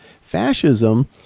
Fascism